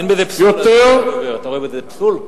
אין בזה פסול, אתה רואה בזה פסול?